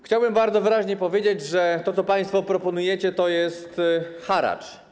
Chciałbym bardzo wyraźnie powiedzieć, że to, co państwo proponujecie, to jest haracz.